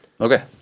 Okay